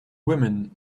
women